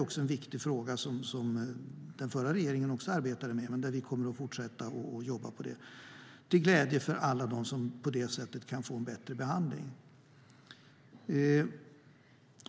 Det är en viktig fråga som den förra regeringen arbetade med, och vi kommer att fortsätta det arbetet till glädje för alla dem som på det sättet kan få en bättre behandling.